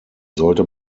sollte